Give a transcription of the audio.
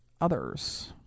others